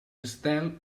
estel